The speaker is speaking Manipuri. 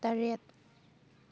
ꯇꯔꯦꯠ